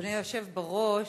אדוני היושב בראש,